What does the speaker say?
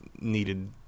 needed